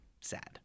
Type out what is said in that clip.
sad